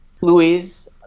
Louise